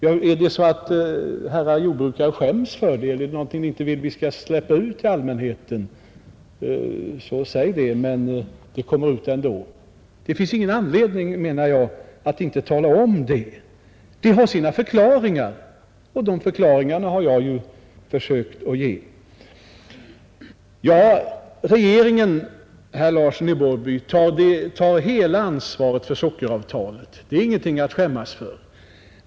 Är det så att herrar jordbrukare skäms för det? Är det någonting ni inte vill att vi skall släppa ut till allmänheten, så säg det, men det kommer ut ändå. Det finns ingen anledning, anser jag, att inte tala om det. Detta faktum har sina förklaringar, och de förklaringarna har jag ju försökt att ge. Regeringen tar hela ansvaret för sockeravtalet, herr Larsson i Borrby. Det är ingenting att skämmas för.